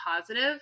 positive